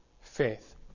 faith